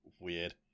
weird